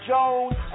Jones